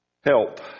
Help